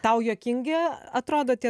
tau juokingi atrodo tie